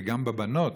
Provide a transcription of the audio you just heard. וגם בבנות